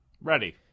Ready